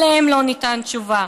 עליהם לא ניתנה תשובה.